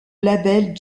label